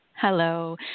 Hello